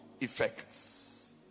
effects